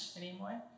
anymore